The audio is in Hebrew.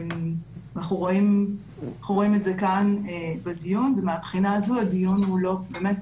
אנחנו רואים את זה כאן בדיון ומהבחינה הזו הדיון הוא באמת